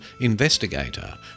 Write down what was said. Investigator